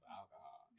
alcohol